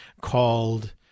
called